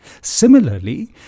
Similarly